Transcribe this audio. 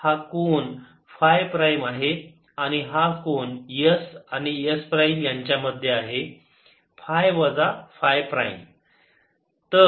हा कोन phi prime आहे आणि हा कोन s आणि s प्राईम यांच्यामधला आहे फाय वजा फाय प्राईम